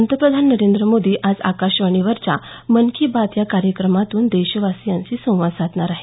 पंतप्रधान नरेंद्र मोदी आज आकाशवाणीवरच्या मन की बात या कार्यक्रमातून देशवासियांशी संवाद साधणार आहेत